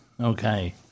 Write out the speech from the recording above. okay